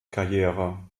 karriere